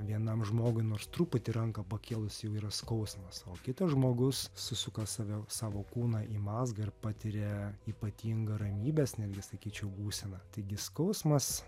vienam žmogui nors truputį ranką pakėlus jau yra skausmas o kitas žmogus susuka save savo kūną į mazgą ir patiria ypatingą ramybės netgi sakyčiau būseną taigi skausmas